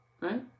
right